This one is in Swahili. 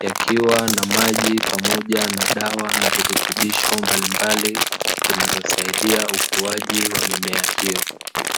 yakiwa na maji pamoja na dawa na virutubisho mbalimbali, vinavyosaidia ukuaji wa mimea hiyo.